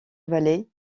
vallée